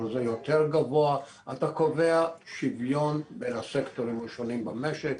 אחר יותר גבוה - אתה קובע שוויון בין הסקטורים השונים במשק,